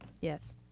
Yes